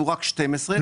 והוא רק 12 מיליון.